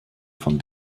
von